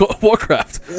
warcraft